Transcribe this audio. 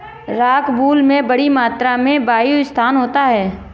rockwool में बड़ी मात्रा में वायु स्थान होता है